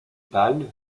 pâle